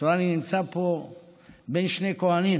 את רואה, אני נמצא פה בין שני כוהנים: